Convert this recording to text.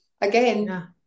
again